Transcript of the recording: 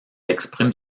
exprime